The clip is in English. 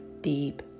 deep